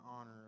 honor